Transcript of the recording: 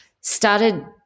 started